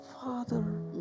father